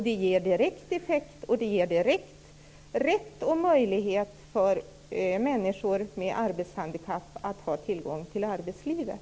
De ger direkt effekt, och de ger rätt till och möjlighet för människor med arbetshandikapp att få tillgång till arbetslivet.